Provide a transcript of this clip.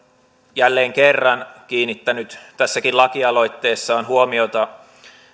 jälleen kerran kiinnittänyt tässäkin lakialoitteessaan huomiota